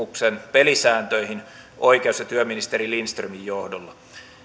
pelisääntöihin oikeus ja työministeri lindströmin johdolla